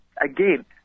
again